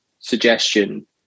suggestion